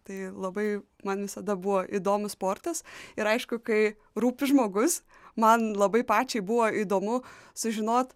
tai labai man visada buvo įdomus sportas ir aišku kai rūpi žmogus man labai pačiai buvo įdomu sužinot